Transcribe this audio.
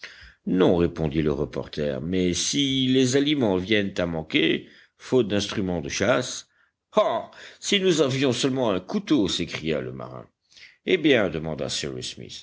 non répondit le reporter mais si les aliments viennent à manquer faute d'instruments de chasse ah si nous avions seulement un couteau s'écria le marin eh bien demanda